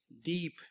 Deep